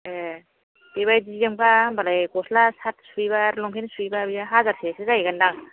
ए बेबायदिजोंबा होनबालाय गस्ला शार्ट सुयोबा आरो लंपेन्ट सुयोबा बियो हाजारसेसो जाहैगोन दां